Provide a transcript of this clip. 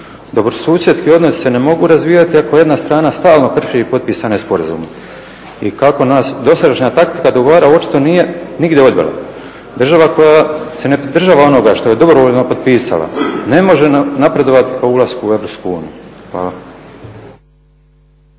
Dobrosusjedski odnosi se ne mogu razvijati ako jedna strana stalno krši potpisane sporazume i kako nas dosadašnja taktika dogovara očito nije nigdje … država koja se ne pridržava onoga što je dobrovoljno potpisala ne može napredovati k ulasku u EU. Hvala.